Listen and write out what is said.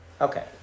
Okay